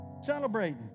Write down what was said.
celebrating